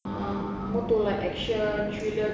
uh more to like action thriller